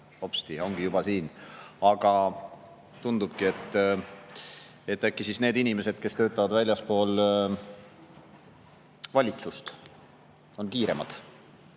hopsti, ongi juba siin. Tundub, et äkki need inimesed, kes töötavad väljaspool valitsust, on kiiremad